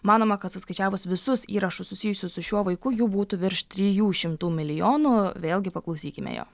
manoma kad suskaičiavus visus įrašus susijusius su šiuo vaiku jų būtų virš trijų šimtų milijonų vėlgi paklausykime jo